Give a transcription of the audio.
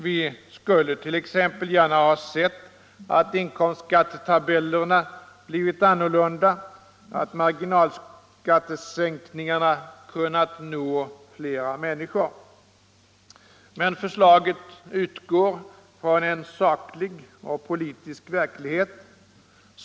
Vi skulle t.ex. gärna ha sett att inkomstskattetabellerna blivit annorlunda, att marginalskattesänkningarna kunnat nå flera människor. Men förslaget utgår från en saklig och politisk verklighet.